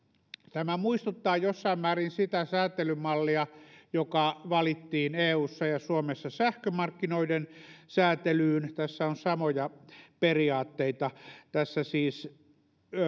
tämä muistuttaa jossain määrin sitä säätelymallia joka valittiin eussa ja suomessa sähkömarkkinoiden säätelyyn tässä on samoja periaatteita tässä siis